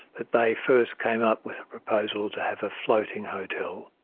that they first came up with a proposal to have a floating hotel,